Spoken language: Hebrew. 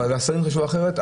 והשרים חשבו אחרת,